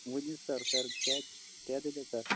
ؤنِو sir sir کیٛاہ کیٛاہ دٔلیٖل سَر